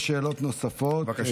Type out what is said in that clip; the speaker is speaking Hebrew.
יש שאלות נוספות?